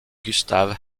gustav